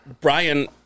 Brian